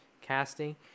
casting